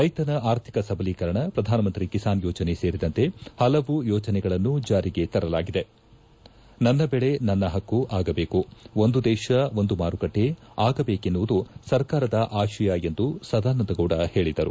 ರೈತನ ಆರ್ಥಿಕ ಸಬಲೀಕರಣ ಪ್ರಧಾನಮಂತ್ರಿ ಕಿಸಾನ್ ಯೋಜನೆ ಸೇರಿದಂತೆ ಹಲವು ಯೋಜನೆಗಳನ್ನು ಜಾರಿಗೆ ತರಲಾಗಿದೆ ಎಂದು ಹೇಳಿದ ಅವರು ನನ್ನ ಬೆಳೆ ನನ್ನ ಹಕ್ಕು ಆಗಬೇಕು ಒಂದು ದೇಶ ಒಂದು ಮಾರುಕಟ್ಟೆ ಆಗಬೇಕೆನ್ನುವುದು ಸರ್ಕಾರದ ಆಶಯ ಎಂದು ಸದಾನಂದಗೌಡ ಹೇಳಿದರು